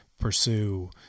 pursue